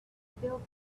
built